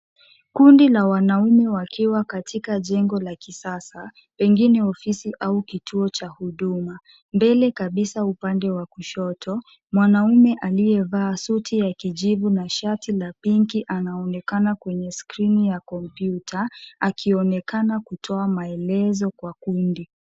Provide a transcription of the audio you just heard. Kundi la wanaume wakiwa katika jengo la kisasa, pengine ofisi au kituo cha huduma. Mbele kabisa upande wa kushoto, mwanaume aliyevaa suti ya kijivu na shati la pinki anaonekana kwenye skrini ya kompyuta, akionekana kutoa maelezo kwa kundi.